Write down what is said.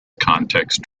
context